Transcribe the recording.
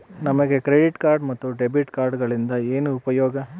ನಮಗೆ credit card ಮತ್ತು debit ಕಾರ್ಡುಗಳಿಂದ ಏನು ಉಪಯೋಗ?